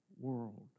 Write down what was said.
world